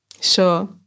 Sure